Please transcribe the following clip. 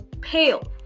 pale